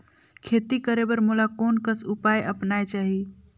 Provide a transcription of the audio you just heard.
खेती करे बर मोला कोन कस उपाय अपनाये चाही?